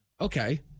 Okay